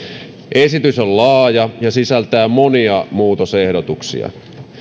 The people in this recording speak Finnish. esitys on laaja ja sisältää monia muutosehdotuksia